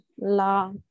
la